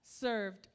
served